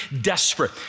desperate